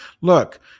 look